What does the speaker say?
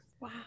Wow